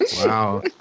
Wow